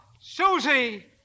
Susie